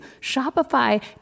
Shopify